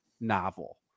novel